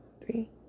three